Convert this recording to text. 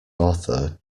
author